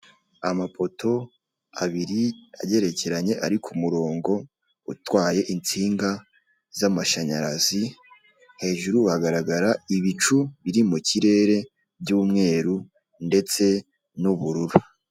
Amapoto abiri agerekeranye Ari ku murongo, utwaye insinga z'amashanyarazi, hejuru hagaragara ibicu biri mu kirere by'umweru ndetse n'ubururu.